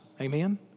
Amen